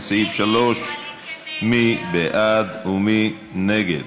לסעיף 3. מי בעד ומי נגד?